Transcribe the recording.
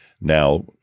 now